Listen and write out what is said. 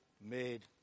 made